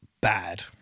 Bad